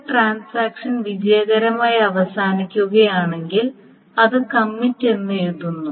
ഒരു ട്രാൻസാക്ഷൻ വിജയകരമായി അവസാനിക്കുകയാണെങ്കിൽ അത് കമ്മിറ്റ് എന്ന് എഴുതുന്നു